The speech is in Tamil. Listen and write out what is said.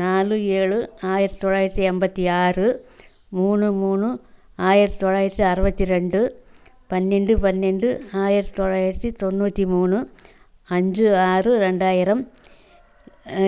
நாலு ஏழு ஆயிரத்தி தொள்ளாயிரத்தி எண்பத்தி ஆறு மூணு மூணு ஆயிரத்தி தொள்ளாயிரத்தி அறுபத்தி ரெண்டு பன்னெண்டு பன்னெண்டு ஆயிரத்தி தொள்ளாயிரத்தி தொண்ணூற்றி மூணு அஞ்சு ஆறு ரெண்டாயிரம்